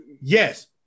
yes